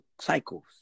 cycles